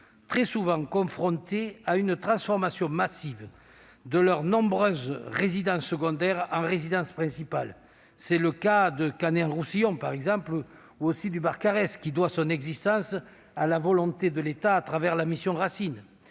très souvent confrontées à une transformation massive de leurs nombreuses résidences secondaires en résidences principales. C'est le cas de Canet-en-Roussillon, par exemple, ou aussi du Barcarès, qui doit son existence à la volonté de l'État, à l'époque de la mission Racine.